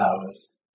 hours